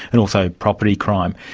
and also property crime.